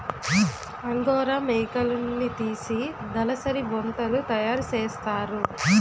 angora మేకలున్నితీసి దలసరి బొంతలు తయారసేస్తారు